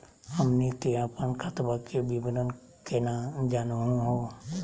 हमनी के अपन खतवा के विवरण केना जानहु हो?